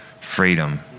freedom